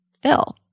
fill